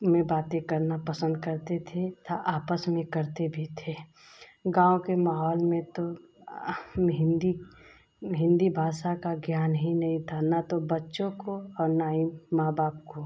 में बातें करना पसंद करते थे तथा आपस में करते भी थे गाँव के माहौल में तो हम हिन्दी हिन्दी भाषा का ज्ञान ही नहीं था न तो बच्चों को और न ही माँ बाप को